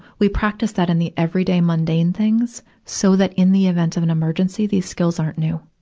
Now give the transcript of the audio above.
we practice that in the everyday, mundane things, so that in the event of an emergency, these skills aren't new.